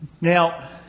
Now